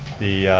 the